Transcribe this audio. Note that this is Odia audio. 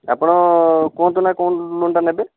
ଆପଣ କୁହନ୍ତୁନା କେଉଁ ଲୋନଟା ନେବେ